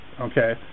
Okay